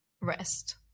rest